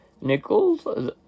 nickels